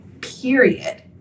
period